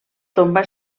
tomba